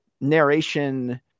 narration